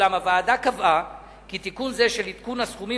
אולם הוועדה קבעה כי תיקון זה של עדכון הסכומים,